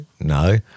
No